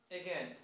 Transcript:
again